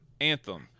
Anthem